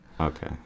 Okay